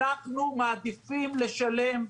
אנחנו מעדיפים לשלם,